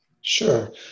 Sure